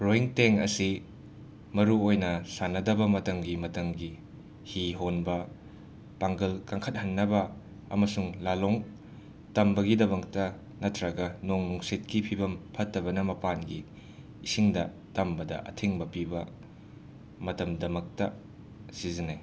rowing ꯇꯦꯡꯛ ꯑꯁꯤ ꯃꯔꯨ ꯑꯣꯏꯅ ꯁꯥꯟꯅꯗꯕ ꯃꯇꯝꯒꯤ ꯃꯇꯝꯒꯤ ꯍꯤ ꯍꯣꯟꯕ ꯄꯥꯡꯒꯜ ꯀꯟꯈꯠꯍꯟꯅꯕ ꯑꯃꯁꯨꯡ ꯂꯥꯜꯂꯣꯡ ꯇꯝꯕꯒꯤꯗꯃꯛꯇ ꯅꯠꯇ꯭ꯔꯒ ꯅꯣꯡ ꯅꯨꯡꯁꯤꯠꯀꯤ ꯐꯤꯚꯝ ꯐꯠꯇꯕꯅ ꯃꯄꯥꯟꯒꯤ ꯏꯁꯤꯡꯗ ꯇꯝꯕꯗ ꯑꯊꯤꯡꯕ ꯄꯤꯕ ꯃꯇꯝꯗꯃꯛꯇ ꯁꯤꯖꯤꯟꯅꯩ